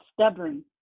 stubborn